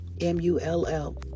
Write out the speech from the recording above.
M-U-L-L